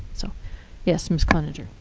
so yes, ms cloninger.